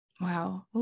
Wow